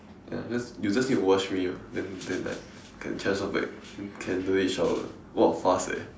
ya just you just need to wash me then then like can can transform back can don't need to shower !wah! fast eh